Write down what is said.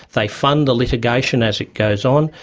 they fund the litigation as it goes on,